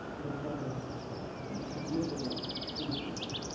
have had a um significant influence.